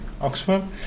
Oxford